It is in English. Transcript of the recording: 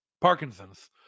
parkinson's